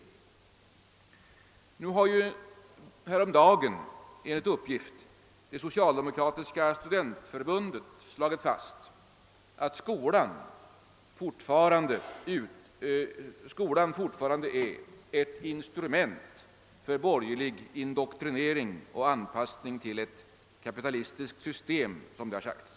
: Det socialdemokratiska studentförbundet har häromdagen enligt uppgift slagit fast, att skolan fortfarande är ett instrument för borgerlig indoktrinering och anpassning till ett kapitalistiskt system, som det har uttryckts.